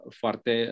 foarte